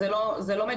זה לא מדוייק.